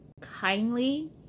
kindly